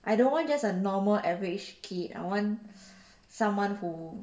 I don't want just a normal average kid I want someone who